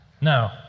No